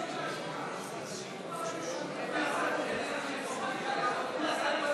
בבקשה, אדוני.